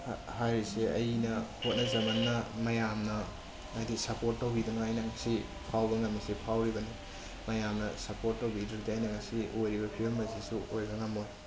ꯍꯥꯏꯔꯤꯁꯦ ꯑꯩꯅ ꯍꯣꯠꯅ ꯖꯃꯟꯅ ꯃꯌꯥꯝꯅ ꯍꯥꯏꯗꯤ ꯁꯞꯄꯣꯔꯠ ꯇꯧꯕꯤꯗꯨꯅ ꯑꯩꯅ ꯉꯁꯤ ꯐꯥꯎꯕ ꯉꯝꯃꯤꯁꯦ ꯐꯥꯎꯔꯤꯕꯅꯤ ꯃꯌꯥꯝꯅ ꯁꯞꯄꯣꯔꯠ ꯇꯧꯕꯤꯗ꯭ꯔꯗꯤ ꯑꯩꯅ ꯉꯁꯤ ꯑꯣꯏꯔꯤꯕ ꯐꯤꯚꯝ ꯑꯁꯤꯁꯨ ꯑꯣꯏꯕ ꯉꯝꯃꯣꯏ